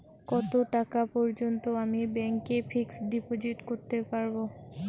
কত টাকা পর্যন্ত আমি ব্যাংক এ ফিক্সড ডিপোজিট করতে পারবো?